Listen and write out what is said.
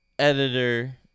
Editor